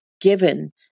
given